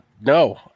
No